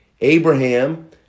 Abraham